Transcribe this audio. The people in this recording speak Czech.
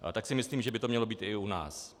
A tak si myslím, že by to mělo být i u nás.